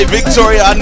Victoria